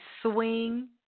swing